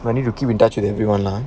I need to keep in touch with everyone lah